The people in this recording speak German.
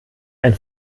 ein